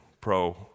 pro